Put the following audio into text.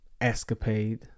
escapade